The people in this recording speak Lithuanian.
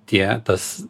tie tas